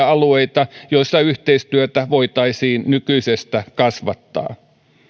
alueita joissa yhteistyötä voitaisiin nykyisestä kasvattaa